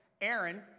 Aaron